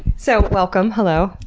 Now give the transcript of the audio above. so welcome. hello!